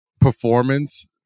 performance